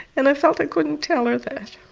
and i felt i couldn't tell her that,